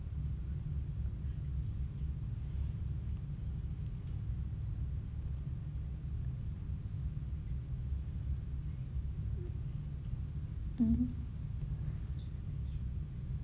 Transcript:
mmhmm